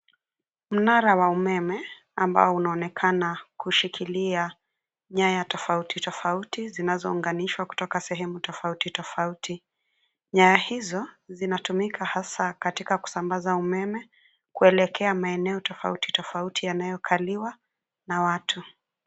Mnara wa umeme , ambao unaonekana kushikilia nyaya tofauti tofauti zinazounganishwa kutoka sehemu tofauti tofauti . Nyaya hizo zinatumika hasaa katika kusambaza umeme kuelekea maeneo tofauti tofauti yanayokaliwa na watu.